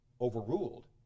overruled